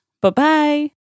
Bye-bye